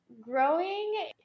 growing